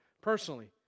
personally